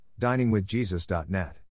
DiningWithJesus.net